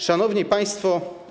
Szanowni Państwo!